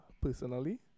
personally